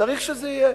צריך שזה יהיה.